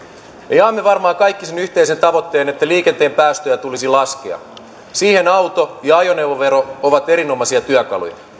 me jaamme varmaan kaikki sen yhteisen tavoitteen että liikenteen päästöjä tulisi laskea siihen auto ja ajoneuvovero ovat erinomaisia työkaluja